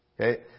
okay